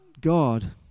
God